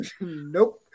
Nope